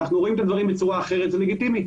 אנחנו רואים את הדברים בצורה אחרת וזה לגיטימי.